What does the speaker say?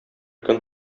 көн